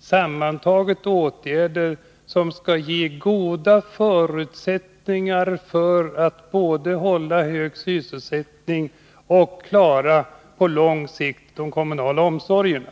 sammantaget är åtgärder som skall ge goda förutsättningar för att både hålla hög sysselsättning och på lång sikt klara de kommunala omsorgerna.